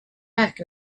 back